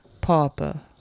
Papa